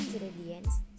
ingredients